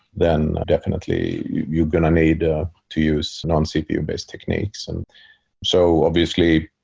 then definitely you're going to need ah to use non-cpu-based techniques and so obviously,